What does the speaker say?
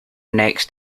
next